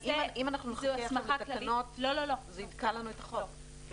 אם נחכה עכשיו לתקנות, זה יתקע לנו את החוק.